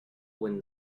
when